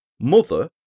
Mother